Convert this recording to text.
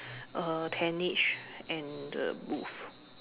uh tentage and the booth